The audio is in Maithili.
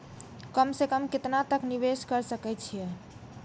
कम से कम केतना तक निवेश कर सके छी ए?